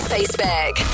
Facebook